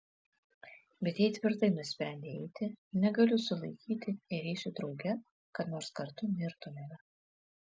bet jei tvirtai nusprendei eiti negaliu sulaikyti ir eisiu drauge kad nors kartu mirtumėme